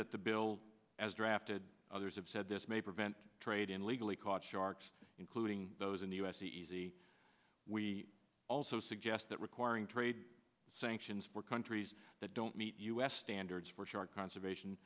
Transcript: that the bill as drafted others have said this may prevent trade in legally caught sharks including those in the u s the easy we also suggest that requiring trade sanctions for countries that don't meet u s standards for shark conservation